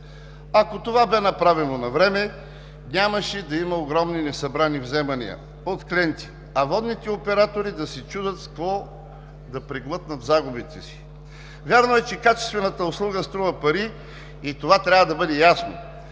Ако това бе направено навреме, нямаше да има огромни несъбрани вземания от клиенти, а водните оператори да се чудят с какво да преглътнат загубите си. Вярно е, че качествената услуга струва пари и това трябва да бъде ясно.